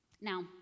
Now